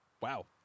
wow